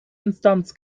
instanz